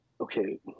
okay